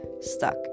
stuck